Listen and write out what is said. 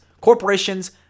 corporations